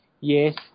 yes